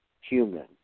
Human